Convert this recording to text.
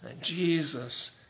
Jesus